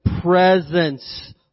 presence